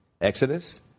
Exodus